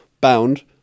bound